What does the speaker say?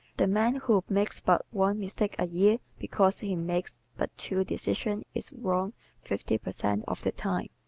the man who makes but one mistake a year because he makes but two decisions is wrong fifty per cent of the time.